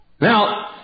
Now